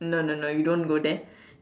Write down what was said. no no no you don't go there